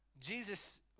Jesus